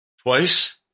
Twice